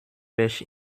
pech